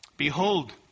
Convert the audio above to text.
Behold